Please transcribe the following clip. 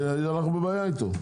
אנחנו בבעיה איתו.